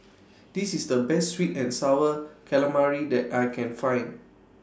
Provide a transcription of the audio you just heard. This IS The Best Sweet and Sour Calamari that I Can Find